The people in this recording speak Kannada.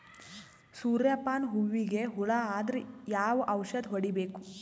ಸೂರ್ಯ ಪಾನ ಹೂವಿಗೆ ಹುಳ ಆದ್ರ ಯಾವ ಔಷದ ಹೊಡಿಬೇಕು?